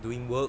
doing work